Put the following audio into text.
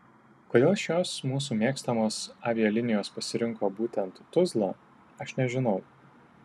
kodėl šios mūsų mėgstamos avialinijos pasirinko būtent tuzlą aš nežinau